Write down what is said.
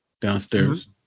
downstairs